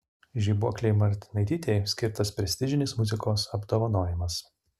žibuoklei martinaitytei skirtas prestižinis muzikos apdovanojimas